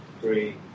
three